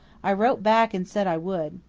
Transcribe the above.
i wrote back and said i would.